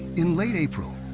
in late april,